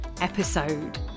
episode